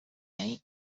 many